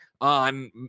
on